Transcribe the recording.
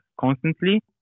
constantly